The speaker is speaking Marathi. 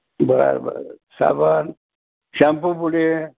बरं बरं साबण शॅम्पू पुडे